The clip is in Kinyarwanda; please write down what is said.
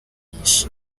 nyinshi